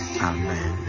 Amen